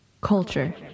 Culture